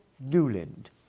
Newland